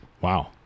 Wow